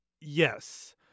Yes